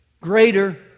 Greater